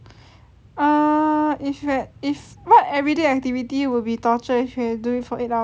err if you had if what everyday activity would be torture if you do it for eight hours straight